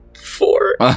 Four